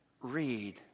read